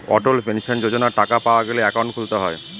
অটল pension যোজনার টাকা পাওয়া গেলে একাউন্ট খুলতে হয়